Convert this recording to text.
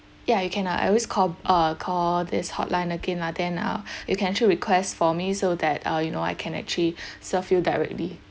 ya you can uh always call uh call this hotline again lah then uh you can actually request for me so that uh you know I can actually serve you directly